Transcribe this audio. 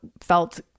felt